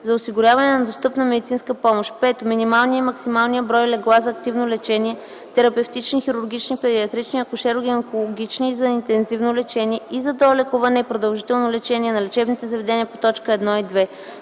за осигуряване на достъпна медицинска помощ; 5. минималния и максималния брой легла за активно лечение (терапевтични, хирургични, педиатрични, акушеро-гинекологични и за интензивно лечение), и за долекуване и продължително лечение на лечебните заведения по т. 1 и 2;